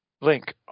link